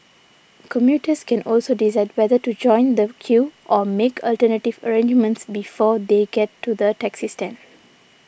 commuters can also decide whether to join the queue or make alternative arrangements before they get to the taxi stand